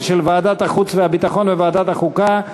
של ועדת החוץ והביטחון וועדת החוקה,